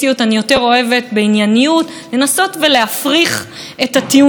או אפילו את השקרים הגדולים שהממשלה הנוכחית,